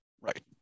Right